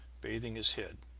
bathing his head.